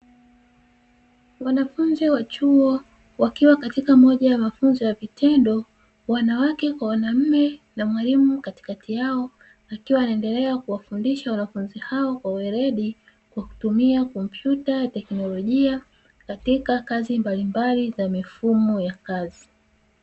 Wanafunzi wa chuo, wakiwa katika moja ya mafunzo ya vitendo, wanawake kwa wanaume na mwalimu katikati yao, akiwa anaendelea kuwafundisha wanafunzi hao kwa weledi kwa kutumia kompyuta ya teknolojia katika kazi mbalimbali za mifumo ya Kazi.